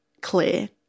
clear